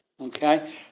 okay